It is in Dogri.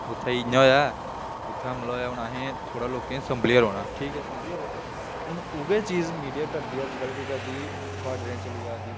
उत्थें इयां होएआ ऐ उत्थें हमला होएआ हून असें लोकें संभलियै रौह्ना ठीक ऐ संभलियै रेह् हून उ'ऐ चीज मीडिया करदी अज्जकल केह् करदी बार्डरें च चली जा दी